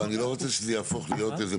אין פה